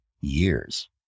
years